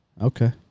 Okay